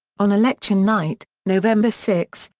on election night, november six,